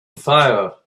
fire